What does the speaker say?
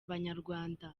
abanyarwanda